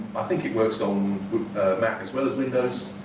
i think it works on mac as well as windows.